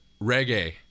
reggae